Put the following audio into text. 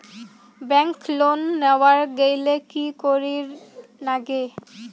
Bank loan নেওয়ার গেইলে কি করীর নাগে?